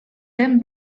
them